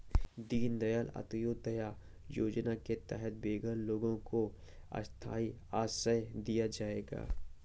दीन दयाल अंत्योदया योजना के तहत बेघर लोगों को स्थाई आश्रय दिया जाएगा